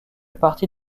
partie